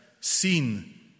seen